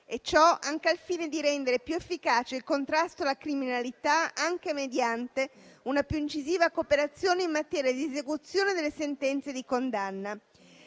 e ciò anche al fine di rendere più efficace il contrasto alla criminalità, anche mediante una più incisiva cooperazione in materia di esecuzione delle sentenze di condanna.